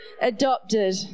adopted